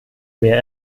mehr